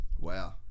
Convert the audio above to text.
Wow